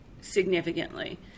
significantly